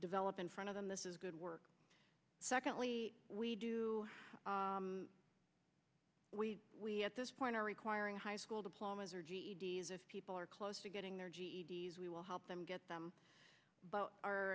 develop in front of them this is good work secondly we do we we at this point are requiring high school diplomas or g e d s if people are close to getting their g e d s we will help them get them but our